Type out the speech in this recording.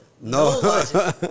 No